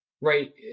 right